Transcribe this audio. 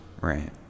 Right